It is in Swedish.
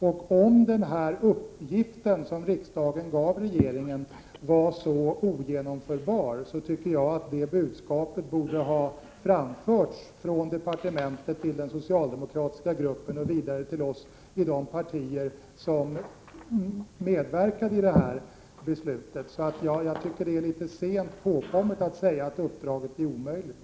Om uppgiften som riksdagen gav regeringen var ogenomförbar, tycker jag att det budskapet borde ha framförts från departementet till den socialdemokratiska gruppen och vidare till oss i de partier som medverkade till beslutet. Så jag tycker att det är litet sent påkommet att säga att uppdraget är omöjligt.